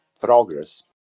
progress